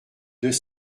deux